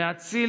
להציל